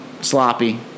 sloppy